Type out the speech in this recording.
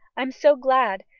i'm so glad!